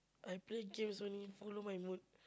I play games only follow my mood